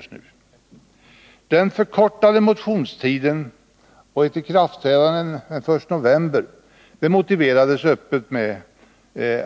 Förslaget om förkortad motionstid och ett ikraftträdande den 1 november motiverades öppet med